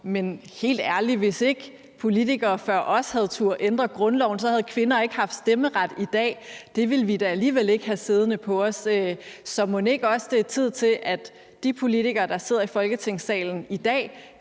men helt ærligt: Hvis ikke politikere før os havde turdet ændre grundloven, havde kvinder ikke haft stemmeret i dag. Det ville vi da alligevel ikke have siddende på os. Så mon ikke også, at det er tid til, at de politikere, der sidder i Folketingssalen i dag,